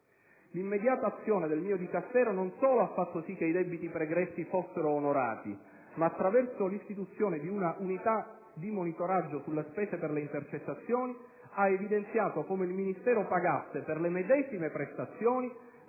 L'immediata azione del mio Dicastero non solo ha fatto sì che i debiti pregressi fossero onorati ma, attraverso l'istituzione di una unità di monitoraggio sulle spese per le intercettazioni, ha evidenziato come il Ministero pagasse, per medesime prestazioni,